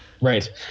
right